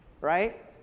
right